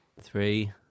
Three